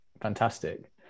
Fantastic